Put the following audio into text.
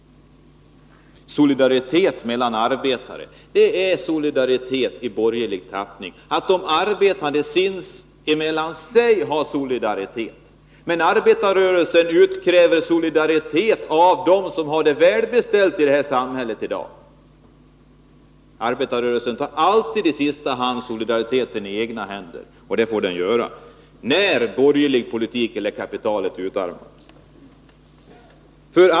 Solidaritet mellan arbetare talas det om. Det är solidaritet i borgerlig tappning att de arbetande är solidariska sinsemellan. Men arbetarrörelsen utkräver solidaritet av dem som är välbeställda i samhället i dag. Arbetarrörelsen tar alltid i sista hand solidariteten i egna händer, och det får den göra när den borgerliga politiken eller kapitalet utarmar de arbetande.